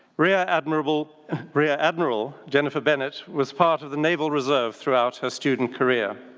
rear admiral rear admiral jennifer bennett was part of the naval reserve throughout her student career.